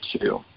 two